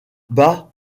bah